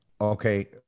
okay